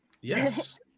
Yes